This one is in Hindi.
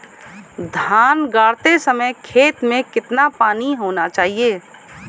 धान गाड़ते समय खेत में कितना पानी होना चाहिए?